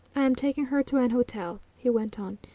i am taking her to an hotel, he went on.